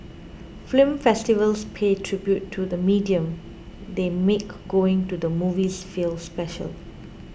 film festivals pay tribute to the medium they make going to the movies feel special